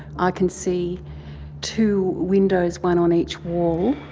i can see two windows, one on each wall.